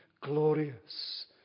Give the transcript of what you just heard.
glorious